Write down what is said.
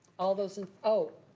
all those in. oh,